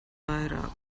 vairāk